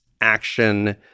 action